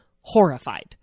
horrified